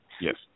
yes